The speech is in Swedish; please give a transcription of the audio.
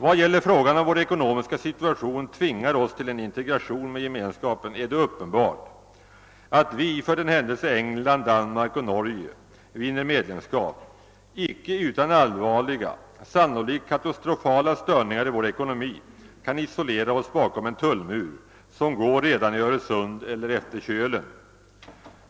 Vad gäller frågan, huruvida vår ekonomiska situation tvingar oss till en integration med Gemenskapen, är det uppenbart att, för den händelse England; Danmark och Norge vinner medlemskap, vi icke utan allvarliga — sannolikt katastrofala — störningar i vår ekonomi kan isolera oss bakom en tullmur, som går redan i Öresund och utefter Kölen.